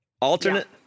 alternate